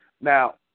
Now